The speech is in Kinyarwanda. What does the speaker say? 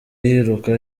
yiruka